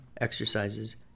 exercises